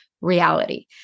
reality